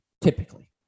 typically